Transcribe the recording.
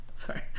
Sorry